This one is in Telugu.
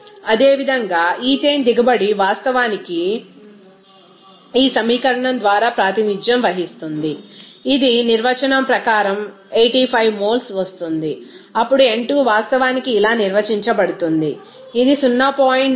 అదేవిధంగా ఈథేన్ దిగుబడి వాస్తవానికి ఈ సమీకరణం ద్వారా ప్రాతినిధ్యం వహిస్తుంది ఇది నిర్వచనం ప్రకారం 85 మోల్స్ వస్తుంది అప్పుడు n2 వాస్తవానికి ఇలా నిర్వచించబడుతుంది ఇది 0